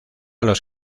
los